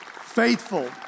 faithful